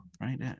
right